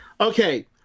Okay